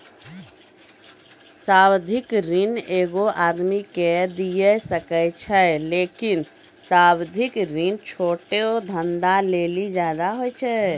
सावधिक ऋण एगो आदमी के दिये सकै छै लेकिन सावधिक ऋण छोटो धंधा लेली ज्यादे होय छै